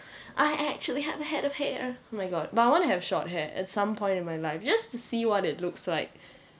I actually have a head of hair oh my god but I want to have short hair at some point in my life just to see what it looks like